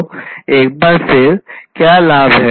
तो एक बार फिर से क्या लाभ हैं